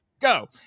go